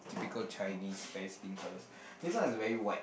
typical Chinese fair skin colours this one is very white